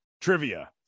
trivia